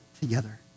together